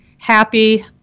happy